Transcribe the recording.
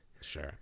Sure